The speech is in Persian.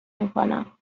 میکنم